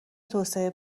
توسعه